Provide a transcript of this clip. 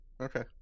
Okay